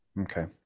Okay